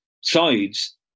sides